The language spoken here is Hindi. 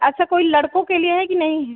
अच्छा कोई लड़कों के लिए है कि नहीं है